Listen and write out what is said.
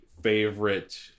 favorite